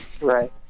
right